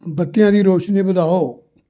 ਬੱਤੀਆਂ ਦੀ ਰੌਸ਼ਨੀ ਵਧਾਓ